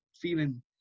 feeling